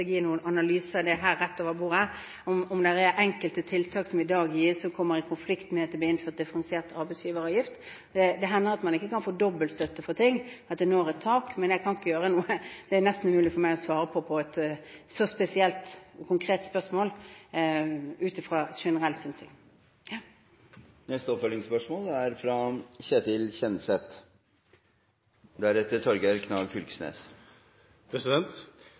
noen analyse rett over bordet av om det er enkelte tiltak som i dag gis, som kommer i konflikt med at det blir innført differensiert arbeidsgiveravgift. Det hender at man ikke kan få dobbeltstøtte for ting, at det når et tak, men det er nesten umulig for meg å svare på et så spesielt og konkret spørsmål ut fra en generell synsing. Ketil Kjenseth – til oppfølgingsspørsmål. Jeg er fra